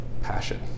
passion